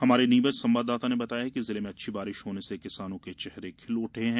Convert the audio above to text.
हमारे नीमच संवाददाता ने बताया कि जिले में अच्छी बारिश होने से किसानों के चेहरे खिल उठे हैं